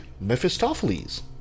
Mephistopheles